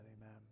amen